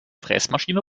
fräsmaschine